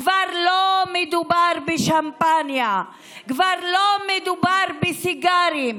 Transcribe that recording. כבר לא מדובר בשמפניה, כבר לא מדובר בסיגרים,